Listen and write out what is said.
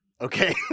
Okay